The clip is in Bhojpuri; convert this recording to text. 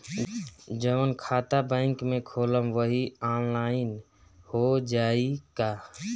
जवन खाता बैंक में खोलम वही आनलाइन हो जाई का?